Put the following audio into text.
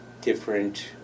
different